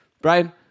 brian